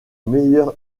meilleure